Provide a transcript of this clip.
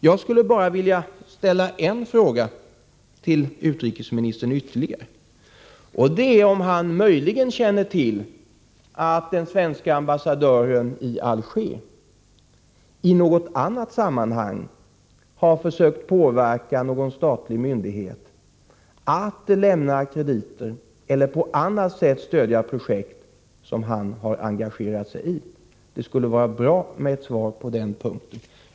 Jag skulle bara vilja ställa ytterligare en fråga till utrikesministern: Känner utrikesministern möjligen till att den svenske ambassadören i Alger i något annat sammanhang har försökt påverka någon statlig myndighet att lämna krediter eller att på annat sätt stödja projekt som han har engagerat sig i? Det skulle vara bra om jag fick ett svar på den frågan.